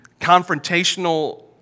confrontational